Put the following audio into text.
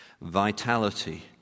Vitality